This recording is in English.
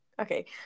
Okay